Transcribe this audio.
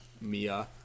Mia